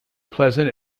pleasant